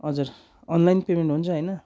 हजुर online payment हुन्छ होइन